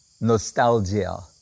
nostalgia